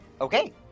Okay